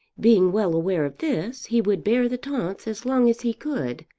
being well aware of this he would bear the taunts as long as he could,